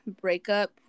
breakup